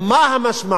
מה המשמעות?